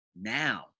Now